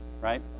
right